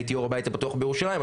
הייתי יו"ר הבית הפתוח בירושלים,